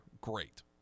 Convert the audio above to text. great